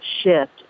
shift